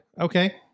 Okay